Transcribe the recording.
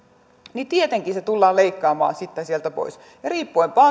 niin tietenkin se tullaan leikkaamaan sitten sieltä pois ja riippuen